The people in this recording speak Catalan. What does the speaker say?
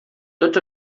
tots